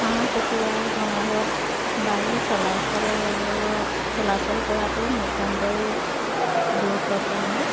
হাঁহ কুকুৰাৰ গঁৰালত বায়ু চলাচল চলাচল কৰাটো নিতান্তই গুৰুত্বপূৰ্ণ